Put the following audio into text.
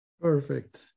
Perfect